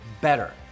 better